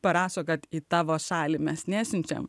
parašo kad į tavo šalį mes nesiunčiame